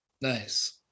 nice